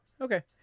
Okay